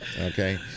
Okay